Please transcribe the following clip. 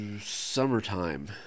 summertime